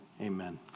Amen